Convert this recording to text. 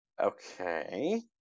Okay